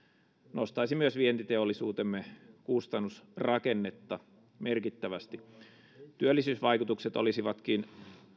nostaisi myös vientiteollisuutemme kustannusrakennetta merkittävästi työllisyysvaikutukset olisivatkin